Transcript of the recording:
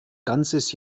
ganzes